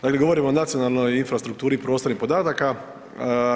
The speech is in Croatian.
Dakle, govorimo o nacionalnoj infrastrukturi prostornih podataka (NIPP)